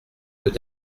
peut